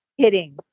kidding